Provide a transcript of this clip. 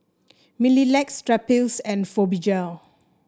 Mepilex Strepsils and Fibogel